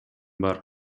бар